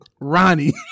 Ronnie